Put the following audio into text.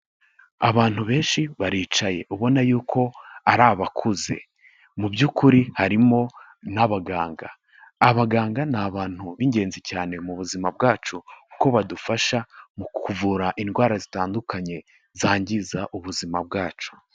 Abantu benshi baricaye, ubona yuko ari abakuze, mu by'ukuri harimo n'abaganga, abaganga ni abantu b'ingenzi cyane mu buzima bwacu, kuko badufasha mu kuvura indwara zitandukanye zangiza ubuzima bwacu.